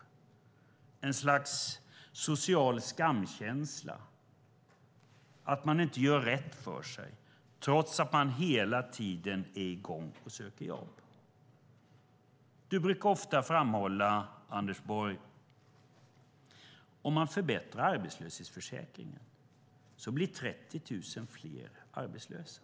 Det blir ett slags social skamkänsla av att man inte gör rätt för sig, trots att man hela tiden är i gång och söker jobb. Anders Borg brukar ofta framhålla att om arbetslöshetsförsäkringen förbättras blir 30 000 fler arbetslösa.